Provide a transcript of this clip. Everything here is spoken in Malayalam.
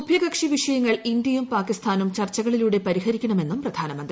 ഉഭയകക്ഷി വിഷയങ്ങൾ ഇന്ത്യയും പാകിസ്ഥാനും ചർച്ചകളിലൂഒട്ടു പരിഹരിക്കണമെന്നും പ്രധാനമന്ത്രി